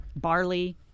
Barley